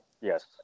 Yes